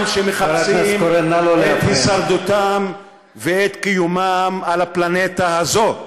שמחפשים את הישרדותם ואת קיומם על הפלנטה הזאת.